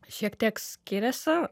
šiek tiek skiriasi